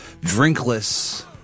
drinkless